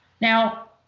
Now